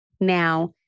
Now